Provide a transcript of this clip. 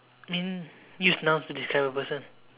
mean use nouns to describe a person